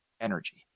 energy